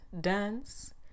dance